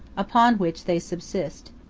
upon which they subsist.